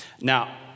Now